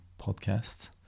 podcast